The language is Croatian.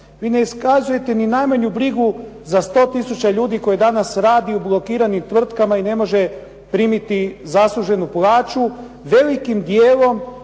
Vi ne iskazujete ni najmanju brigu za 100 tisuća ljudi koji danas rade u blokiranim tvrtkama i ne može primiti zasluženu plaću Velikim dijelom